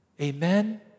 Amen